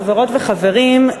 חברות וחברים,